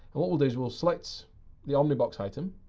what we'll do is we'll select the omnibox item,